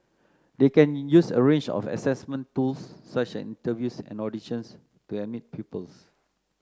they can use a range of assessment tools such as interviews and auditions to admit pupils